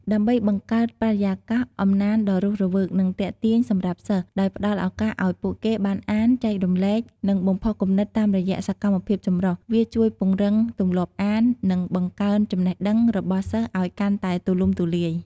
ដើម្បីបង្កើតបរិយាកាសអំណានដ៏រស់រវើក និងទាក់ទាញសម្រាប់សិស្ស ដោយផ្តល់ឱកាសឱ្យពួកគេបានអាន ចែករំលែក និងបំផុសគំនិតតាមរយៈសកម្មភាពចម្រុះ វាជួយពង្រឹងទម្លាប់អាន និង បង្កើនចំណេះដឹង របស់សិស្សឱ្យកាន់តែទូលំទូលាយ។